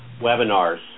webinars